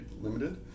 limited